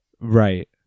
Right